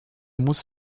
muss